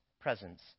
presence